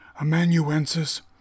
amanuensis